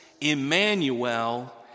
Emmanuel